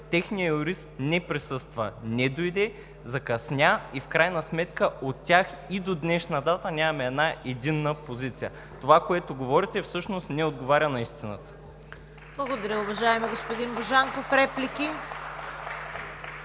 техният юрист не присъства, не дойде, закъсня и в крайна сметка от тях и до днешна дата нямаме една единна позиция. Това, което говорите, всъщност не отговаря на истината.(Ръкопляскания от „БСП за България“.)